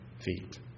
feet